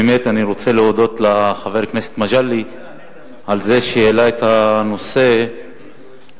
באמת אני רוצה להודות לחבר הכנסת מג'אדלה על שהעלה את הנושא לסדר-היום.